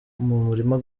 murima